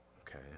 Okay